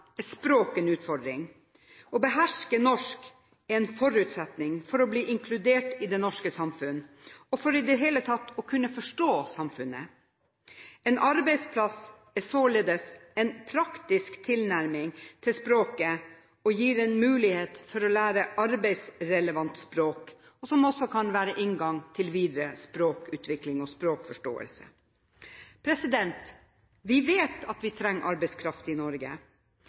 er språk en utfordring. Å beherske norsk er en forutsetning for å bli inkludert i det norske samfunn og for i det hele tatt å kunne forstå samfunnet. En arbeidsplass er således en praktisk tilnærming til språket og gir en mulighet for å lære arbeidsrelevant språk, som også kan være en inngang til videre språkutvikling og språkforståelse. Vi vet at vi trenger arbeidskraft i Norge.